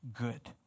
good